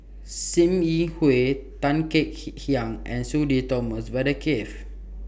SIM Yi Hui Tan Kek Hiang and Sudhir Thomas Vadaketh